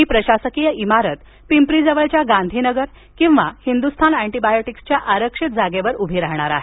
ही प्रशासकीय इमारत पिंपरी जवळील गांधीनगर किंवा हिंदुस्थान अँटिबायोटिक्सच्या आरक्षित जागेवर उभी राहणार आहे